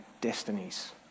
destinies